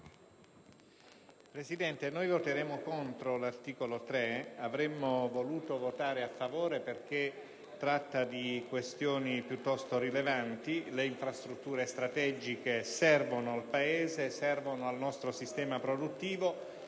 Presidente, noi voteremo contro l'articolo 3, anche se avremmo voluto votare a favore perché esso tratta di questioni piuttosto rilevanti. Le infrastrutture strategiche, infatti, servono al Paese e servono al nostro sistema produttivo.